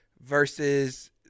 versus